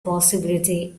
possibility